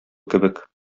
кебек